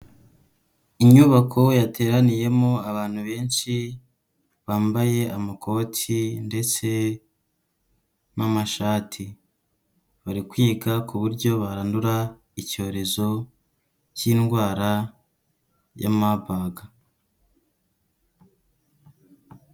Inyubako yateraniyemo abantu benshi, bambaye amakoti ndetse n'amashati, bari kwiga ku buryo barandura icyorezo cy'indwara ya marburg.